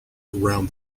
around